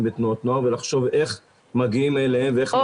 בתנועות נוער וצריך לחשוב איך מגיעים אליהם ואיך מפעילים אותם.